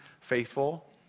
faithful